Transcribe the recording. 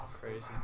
Crazy